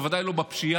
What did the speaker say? בוודאי לא בפשיעה,